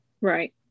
Right